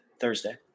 Thursday